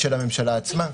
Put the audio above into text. של הממשלה עצמה.